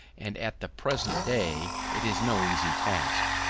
and at the present day it is no easy task.